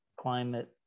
climate